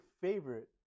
favorite